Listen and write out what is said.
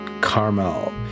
Carmel